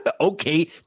Okay